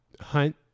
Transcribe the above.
hunt